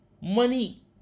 Money